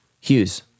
Hughes